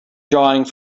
drawing